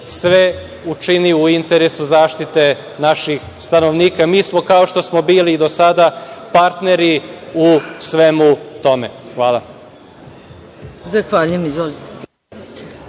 sve učini u interesu zaštite naših stanovnika. Mi smo kao što smo bili i do sada, partneri u svemu tome. Hvala.